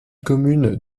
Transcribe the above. commune